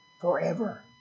forever